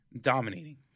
dominating